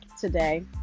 today